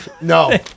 No